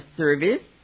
service